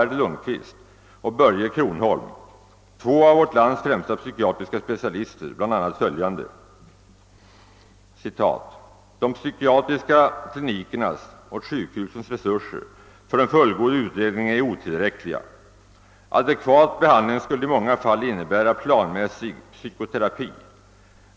R. Lundquist och Börje Cronholm — två av vårt lands främsta psykiatriska specialister — bl.a. följande: >De psykiatriska klinikernas och sjukhusens resurser för en fullgod utredning är ——— otillräckliga. Adekvat be handling skulle i många fall innebära planmässig psykoterapi.